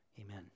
Amen